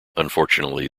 unfortunately